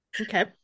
Okay